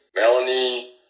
Melanie